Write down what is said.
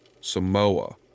Samoa